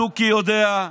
התוכי יודע,